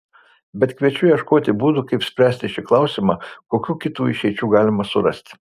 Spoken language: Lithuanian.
bet kviečiu ieškoti būdų kaip spręsti šį klausimą kokių kitų išeičių galima surasti